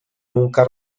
nunca